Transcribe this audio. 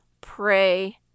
pray